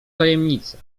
tajemnica